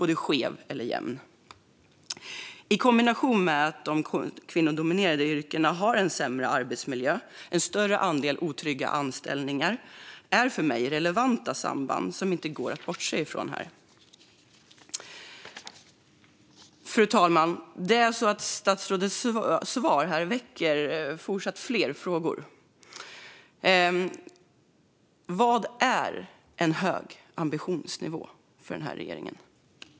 När det gäller de kvinnodominerade yrkena är det sämre arbetsmiljö och en större andel otrygga anställningar. Det är för mig relevanta samband som det inte går att bortse från här. Fru talman! Statsrådets svar väcker fler frågor. Vad är en hög ambitionsnivå för denna regering?